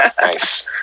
Nice